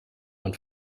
man